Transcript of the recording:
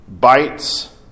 bites